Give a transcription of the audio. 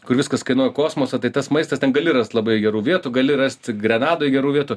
kur viskas kainuoja kosmosą tai tas maistas ten gali rast labai gerų vietų gali rast grenadoj gerų vietų